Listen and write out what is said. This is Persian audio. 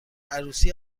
عروسی